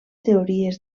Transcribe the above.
teories